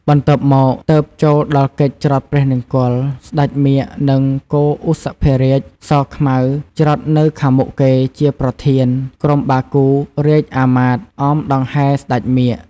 បន្ទាប់មកទើបចូលដល់កិច្ចច្រត់ព្រះនង្គ័ល ស្ដេចមាឃ និង គោឧសភរាជ សខ្មៅ ច្រត់នៅខាងមុខគេ ជាប្រធាន ក្រុមបាគូ រាជអាមាត្រ អមដង្ហែរ ស្ដេចមាឃ។